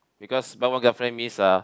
because buy one get free means uh